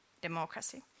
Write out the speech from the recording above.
democracy